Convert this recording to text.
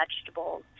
vegetables